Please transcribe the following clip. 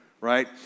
right